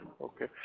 okay